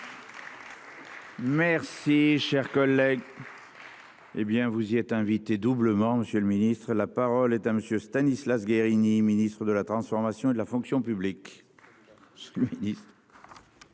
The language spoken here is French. Merci cher collègue. Hé bien vous y êtes invités doublement Monsieur le Ministre, la parole est à monsieur Stanislas Guerini Ministre de la transformation et de la fonction publique. Je prends